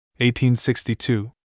1862